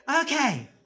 Okay